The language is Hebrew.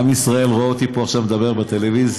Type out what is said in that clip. עם ישראל רואה אותי פה עכשיו מדבר בטלוויזיה,